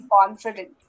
confident